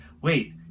wait